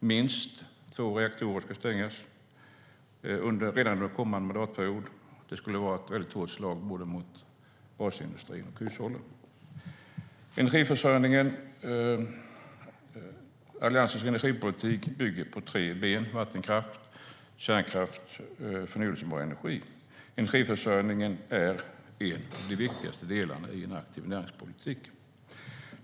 Minst två reaktorer ska stängas redan under kommande mandatperiod. Det skulle vara ett hårt slag mot både basindustrin och hushållen. Alliansens energipolitik bygger på tre ben: vattenkraft, kärnkraft och förnybar energi. Energiförsörjningen är en av de viktigaste delarna i en aktiv näringspolitik.